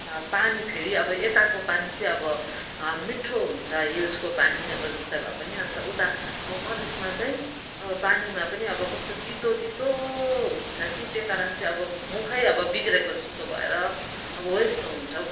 पानी फेरि अब यताको पानी चाहिँ अब मिठो हुन्छ हिल्सको पानी अब जस्तै भए पनि अन्त उता मधेसमा चाहिँ अब पानीमा पनि अब कस्तो तितो तितो हुन्छ कि त्यो कारण चाहिँ अब मुखै अब बिग्रेको जस्तो भएर अब हो यस्तो हुन्छ हौ